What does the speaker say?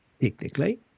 technically